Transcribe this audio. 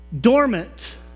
dormant